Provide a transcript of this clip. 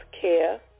care